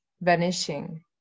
vanishing